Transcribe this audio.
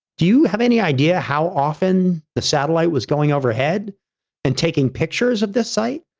do you have any idea how often the satellite was going overhead and taking pictures of this site?